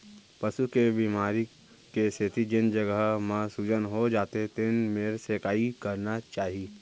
पसू के बेमारी के सेती जेन जघा म सूजन हो जाथे तेन मेर सेंकाई करना चाही